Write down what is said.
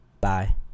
Bye